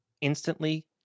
instantly